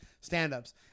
stand-ups